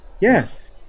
Yes